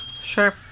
Sure